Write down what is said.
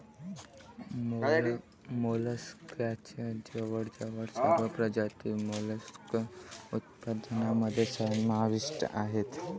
मोलस्कच्या जवळजवळ सर्व प्रजाती मोलस्क उत्पादनामध्ये समाविष्ट आहेत